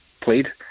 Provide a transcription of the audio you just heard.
played